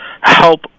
help